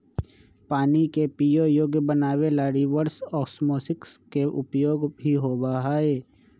पानी के पीये योग्य बनावे ला रिवर्स ओस्मोसिस के उपयोग भी होबा हई